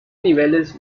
niveles